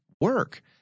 work